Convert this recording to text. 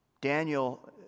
Daniel